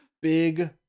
Big